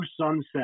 sunset